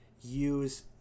use